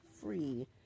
free